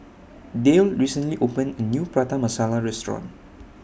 Dale recently opened A New Prata Masala Restaurant